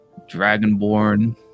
dragonborn